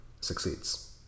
succeeds